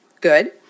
good